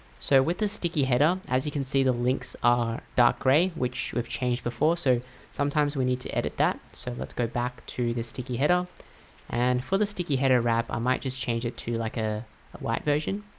so with the sticky header as you can see the links are dark gray which we've changed before so sometimes we need to edit that so let's go back to the sticky header and for the sticky header wrap. i might just change it to like a white version